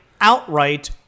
outright